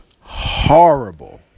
horrible